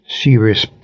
serious